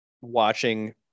watching